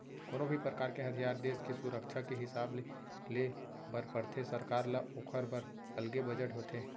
कोनो भी परकार के हथियार देस के सुरक्छा के हिसाब ले ले बर परथे सरकार ल ओखर बर अलगे बजट होथे